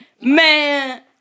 Man